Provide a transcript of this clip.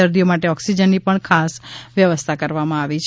દર્દીઓ માટે ઓક્સિજનની પણ ખાસ વ્યવસ્થા કરવામાં આવી રહી છે